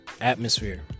atmosphere